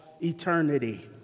eternity